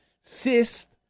cyst